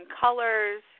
colors